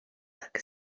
tak